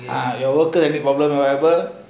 ah your problem whatever